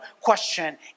question